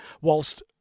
whilst